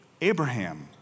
Abraham